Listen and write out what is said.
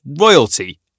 royalty